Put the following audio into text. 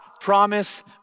promise